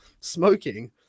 smoking